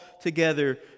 together